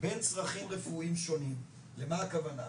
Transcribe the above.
בין צרכים רפואיים שונים ואומר למה הכוונה.